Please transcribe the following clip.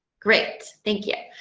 great, thank you.